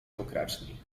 pokraczni